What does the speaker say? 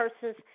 person's